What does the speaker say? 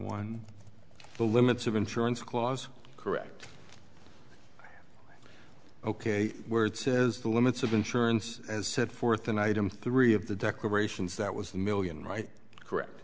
one the limits of insurance clause correct ok word says the limits of insurance as set forth in item three of the declarations that was the million right correct